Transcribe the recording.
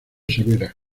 severa